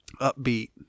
upbeat